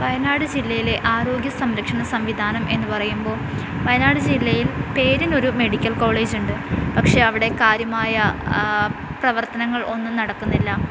വയനാട് ജില്ലയിലെ ആരോഗ്യ സംരക്ഷണ സംവിധാനം എന്നു പറയുമ്പോൾ വയനാട് ജില്ലയിൽ പേരിനൊരു മെഡിക്കൽ കോളേജ് ഉണ്ട് പക്ഷേ അവിടെ കാര്യമായ പ്രവർത്തനങ്ങൾ ഒന്നും നടക്കുന്നില്ല